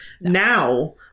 Now